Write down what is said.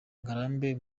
ngarambe